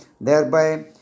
thereby